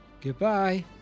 Goodbye